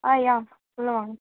ஆ யா உள்ளே வாங்க